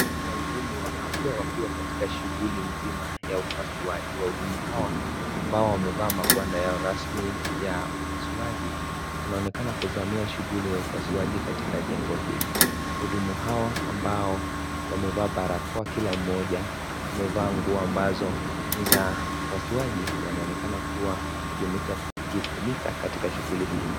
Waudumu wa afya wakiwa katika shughuli nzima ya upasuaji wahudumu hawa ambao wamevaa mawanda yao rasmi ya upasuaji wanaonekana kusomea shughuli ya upasuaji katika jengo hili waudumu hawa ambao wamevaa barakoa Kila mmoja wamevaa nguo ambazo ni za upasuaji wanaonekana kuwa kujukumika katika shughuli hii.